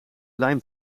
lijm